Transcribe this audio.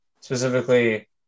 specifically